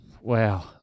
wow